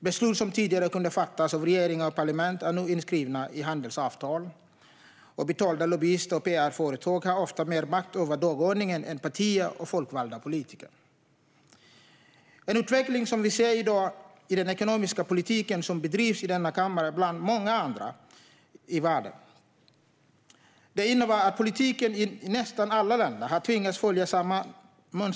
Beslut som tidigare kunde fattas av regeringar och parlament är nu inskrivna i handelsavtal, och betalda lobbyister och pr-företag har ofta mer makt över dagordningen än partier och folkvalda politiker har. Det är en utveckling som vi ser i dag i den ekonomiska politik som bedrivs i denna kammare bland många andra i världen. Det innebär att politiken i nästan alla länder har tvingats följa samma mönster.